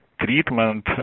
treatment